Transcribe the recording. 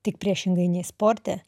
tik priešingai nei sporte